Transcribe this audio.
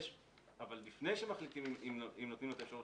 אבל לפני שמחליטים אם נותנים לו את האפשרות